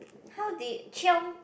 how did chiong